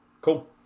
Cool